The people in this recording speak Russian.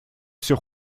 все